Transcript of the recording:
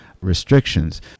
restrictions